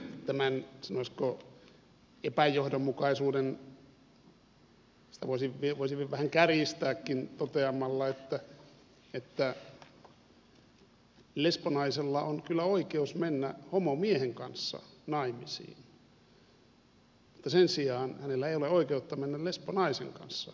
vielä tätä sanoisiko epäjohdonmukaisuutta voisi vähän kärjistääkin toteamalla että lesbonaisella on kyllä oikeus mennä homomiehen kanssa naimisiin mutta sen sijaan hänellä ei ole oikeutta mennä lesbonaisen kanssa naimisiin